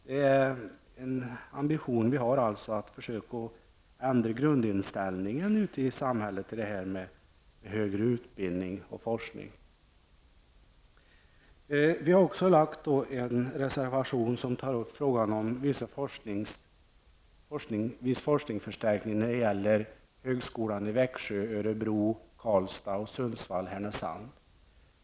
Det är en ambition vi har att försöka ändra grundinställningen ute i samhället till högre utbildning och forskning. Vi har också avgivit en reservation som tar upp frågan om viss forskningsförstärkning när det gäller högskolorna i Växjö, Örebro, Karlstad och Sundsvall/Härnösand.